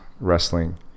wrestling